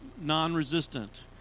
non-resistant